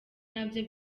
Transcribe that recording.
nabyo